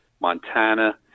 Montana